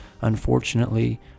unfortunately